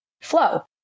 flow